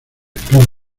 club